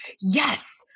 yes